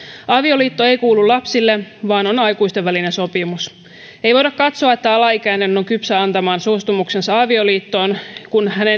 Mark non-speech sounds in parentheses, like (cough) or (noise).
avioliitto ei kuulu lapsille vaan on aikuisten välinen sopimus ei voida katsoa että alaikäinen on kypsä antamaan suostumuksensa avioliittoon kun hänen (unintelligible)